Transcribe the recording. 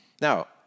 Now